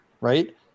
right